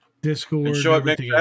Discord